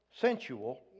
sensual